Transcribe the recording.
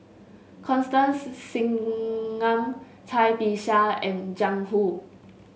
Constance Singam Cai Bixia and Jiang Hu